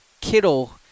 Kittle